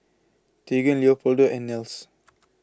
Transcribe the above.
Teagan Leopoldo and Nels